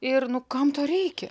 ir nu kam to reikia